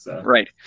Right